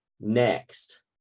next